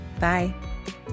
Bye